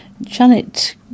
Janet